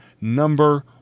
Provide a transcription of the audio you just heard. number